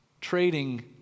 trading